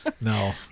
No